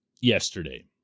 yesterday